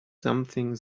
something